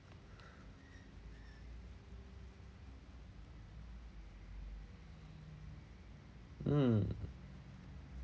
mm